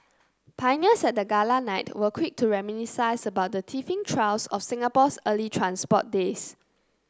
pioneers at the Gala night were quick to reminisce about the teething trials of Singapore's early transport days